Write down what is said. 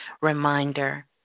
reminder